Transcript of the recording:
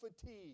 fatigue